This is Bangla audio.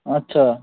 আচ্ছা